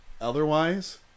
otherwise